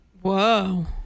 Whoa